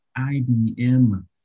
IBM